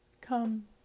Come